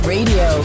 Radio